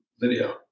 video